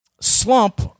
slump